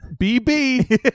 BB